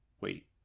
Wait